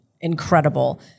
incredible